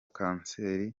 kanseri